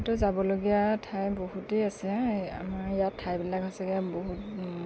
ইয়াতে যাবলগীয়া ঠাই বহুতেই আছে আমাৰ ইয়াৰ ঠাইবিলাক সঁচাকৈ বহুত